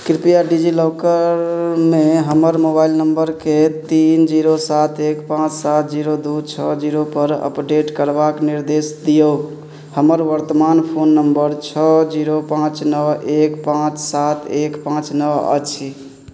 कृपया डिजिलॉकरमे हमर मोबाइल नम्बरके तीन जीरो सात एक पाँच सात जीरो दू छओ जीरो पर अपडेट करबाक निर्देश दियौक हमर बर्तमान फोन नम्बर छओ जीरो पाँच नओ एक पाँच सात एक पाँच नओ अछि